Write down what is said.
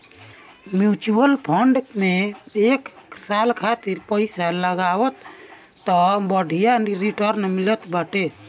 mutual fund में एक साल खातिर पईसा लगावअ तअ बढ़िया रिटर्न मिलत बाटे